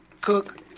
cook